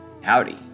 Howdy